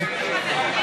אוכלוסייה,